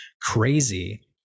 crazy